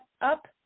up